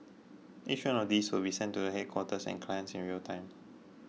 each of these will be sent to the headquarters and clients in real time